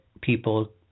people